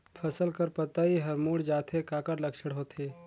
फसल कर पतइ हर मुड़ जाथे काकर लक्षण होथे?